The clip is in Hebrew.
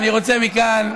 אני רוצה מכאן,